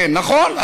כן, נכון.